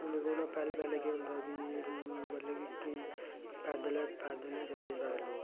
हून दिक्खो ना पैह्ले पैह्ले केह् होंदा हा कि मतलब कि कि पैदल पैदल ऐ जंदे हे सारे लोक